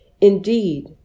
Indeed